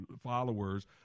followers